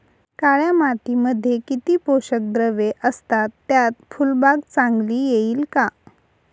काळ्या मातीमध्ये किती पोषक द्रव्ये असतात, त्यात फुलबाग चांगली येईल का?